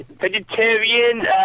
vegetarian